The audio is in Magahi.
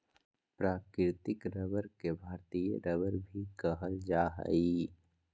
प्राकृतिक रबर के भारतीय रबर भी कहल जा हइ